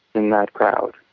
in that crowd.